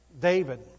David